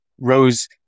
rose